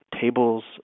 tables